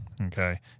Okay